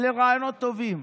אלה רעיונות טובים,